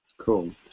Cool